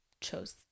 chose